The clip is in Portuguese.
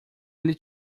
ele